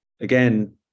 again